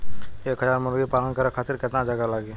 एक हज़ार मुर्गी पालन करे खातिर केतना जगह लागी?